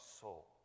soul